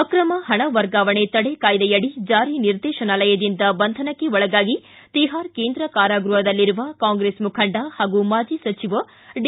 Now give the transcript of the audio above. ಅಕ್ರಮ ಪಣ ವರ್ಗಾವಣೆ ತಡೆ ಕಾಯ್ದೆಯಡಿ ಜಾರಿ ನಿರ್ದೇಶನಾಲಯದಿಂದ ಬಂಧನಕ್ಕೆ ಒಳಗಾಗಿ ತಿಹಾರ ಕೇಂದ್ರ ಕಾರಾಗೃಹದಲ್ಲಿರುವ ಕಾಂಗ್ರೆಸ್ ಮುಖಂಡ ಹಾಗೂ ಮಾಜಿ ಸಚಿವ ಡಿ